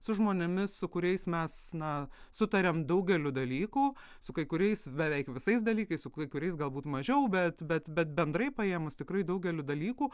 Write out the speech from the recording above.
su žmonėmis su kuriais mes na sutariam daugeliu dalykų su kai kuriais beveik visais dalykais su kai kuriais galbūt mažiau bet bet bet bendrai paėmus tikrai daugeliu dalykų